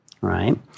right